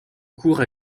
cours